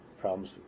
problems